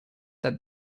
that